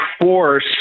force